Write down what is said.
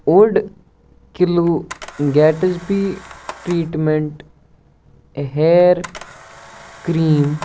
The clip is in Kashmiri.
اوٚڑ کِلوٗ گیٹس بی ٹرٛیٖٹمٮ۪نٛٹ ہیَر کرٛیٖم